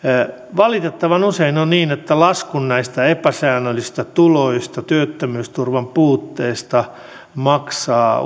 valitettavan usein on niin että laskun näistä epäsäännöllisistä tuloista ja työttömyysturvan puutteesta maksavat